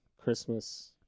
Christmas